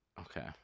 Okay